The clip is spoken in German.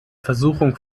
versuchung